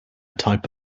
type